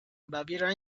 baviera